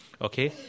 okay